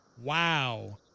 Wow